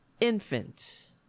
infants